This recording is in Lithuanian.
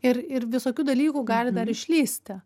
ir ir visokių dalykų gali dar išlįsti